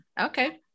Okay